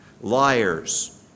Liars